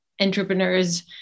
entrepreneurs